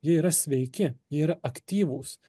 jie yra sveiki jie yra aktyvūs